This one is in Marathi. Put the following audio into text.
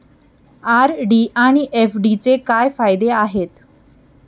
आर.डी आणि एफ.डीचे काय फायदे आहेत?